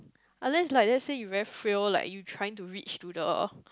unless like let's say you very frail like you trying to reach to the